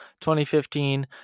2015